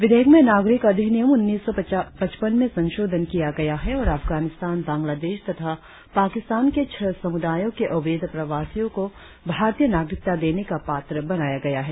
विधेयक में नागरिक अधिनियम उन्नीस सौ पच्चपन में संशोधन किया गया है और अफगानिस्तान बंगलादेश तथा पाकिस्तान के छह समुदायों के अवैध प्रवासियों को भारतीय नागरिकता देने का पात्र बनाया गया है